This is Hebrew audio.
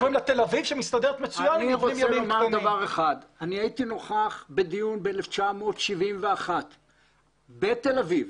אני הייתי נוכח בדיון שהתקיים ב-1971 בתל אביב,